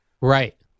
Right